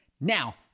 Now